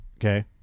Okay